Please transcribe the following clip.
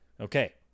Okay